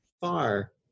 far